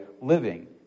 living